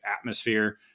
atmosphere